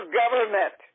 government